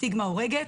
הסטיגמה הורגת.